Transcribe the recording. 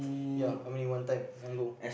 ya how many one time one go